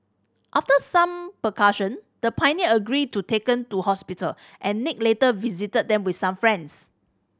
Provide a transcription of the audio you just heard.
after some the pioneer agreed to taken to hospital and Nick later visited them with some friends